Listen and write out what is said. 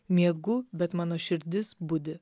miegu bet mano širdis budi